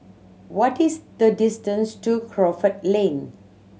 what is the distance to Crawford Lane